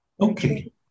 Okay